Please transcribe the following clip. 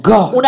God